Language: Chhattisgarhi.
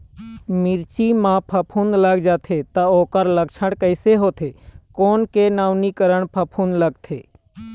मिर्ची मा फफूंद लग जाथे ता ओकर लक्षण कैसे होथे, कोन के नवीनीकरण फफूंद लगथे?